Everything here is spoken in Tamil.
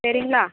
சரிங்களா